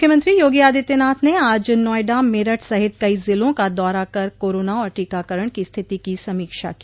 मुख्यमंत्री योगी आदित्यनाथ ने आज नोएडा मेरठ सहित कई जिलों का दौरा कर कोरोना और टीकाकरण की स्थिति की समीक्षा की